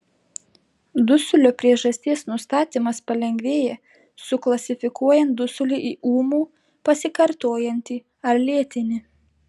dusulio priežasties nustatymas palengvėja suklasifikuojant dusulį į ūmų pasikartojantį ar lėtinį